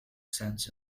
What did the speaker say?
sense